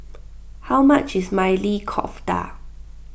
how much is Maili Kofta